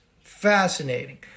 Fascinating